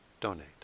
donate